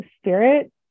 spirit